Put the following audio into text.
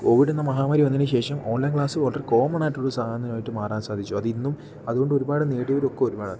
Covid എന്ന മഹാമാരി വന്നതിന് ശേഷം ഓൺലൈൻ ക്ലാസ്സ് വളരെ കോമൺ ആയിട്ടുള്ള ഒരു സാധനമായിട്ട് മാറാൻ സാധിച്ചു അത് ഇന്നും അതുകൊണ്ട് ഒരുപാട് നേടിയവരൊക്കെ ഒരുപാടാണ്